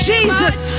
Jesus